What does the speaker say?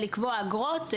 לקבוע אגרות.